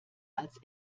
als